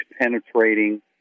penetrating